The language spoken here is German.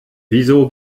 wieso